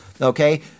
okay